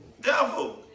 Devil